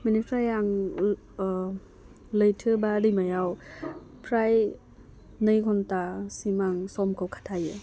बिनिफ्राय आं लैथो बा दैमायाव फ्राय नै घन्टासिम आं समखौ खाथायो